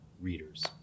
readers